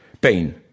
pain